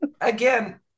again